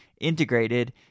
integrated